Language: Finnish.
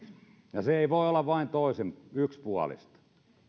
ja se ei voi olla vain yksipuolista